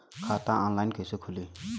खाता ऑनलाइन कइसे खुली?